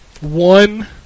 One